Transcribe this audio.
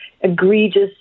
egregious